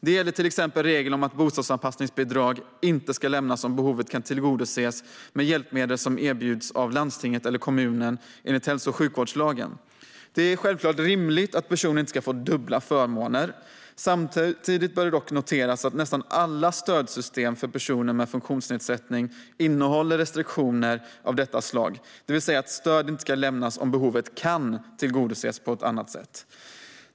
Det gäller till exempel regeln om att bostadsanpassningsbidrag inte ska lämnas om behovet kan tillgodoses med hjälpmedel som erbjuds av landstinget eller kommunen enligt hälso och sjukvårdslagen. Det är givetvis rimligt att personer inte ska få dubbla förmåner. Samtidigt bör det noteras att nästan alla stödsystem för personer med funktionsnedsättning innehåller restriktioner av detta slag, det vill säga att stöd inte ska lämnas om behovet "kan" tillgodoses på annat sätt.